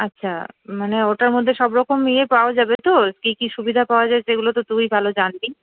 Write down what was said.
আচ্ছা মানে ওটার মধ্যে সবরকম ইয়ে পাওয়া যাবে তো কী কী সুবিধা পাওয়া যায় সেগুলো তো তুই ভালো জানবি